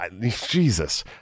Jesus